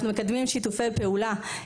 אנחנו מקדמים שיתופי פעולה,